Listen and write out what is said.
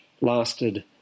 lasted